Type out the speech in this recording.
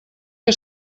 que